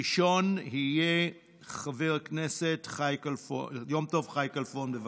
ראשון יהיה חבר הכנסת יום טוב חי כלפון, בבקשה.